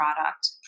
product